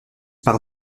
par